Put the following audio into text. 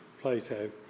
Plato